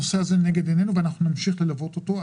הנושא הזה לנגד עינינו, אנחנו נמשיך ללוות אותו.